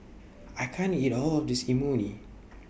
I can't eat All of This Imoni